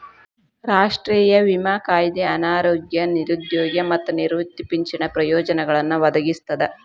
ರಾಷ್ಟ್ರೇಯ ವಿಮಾ ಕಾಯ್ದೆ ಅನಾರೋಗ್ಯ ನಿರುದ್ಯೋಗ ಮತ್ತ ನಿವೃತ್ತಿ ಪಿಂಚಣಿ ಪ್ರಯೋಜನಗಳನ್ನ ಒದಗಿಸ್ತದ